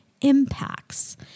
impacts